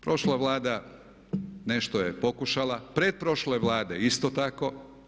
Prošla Vlada nešto je pokušala, pretprošle Vlade isto tako.